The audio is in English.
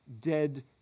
dead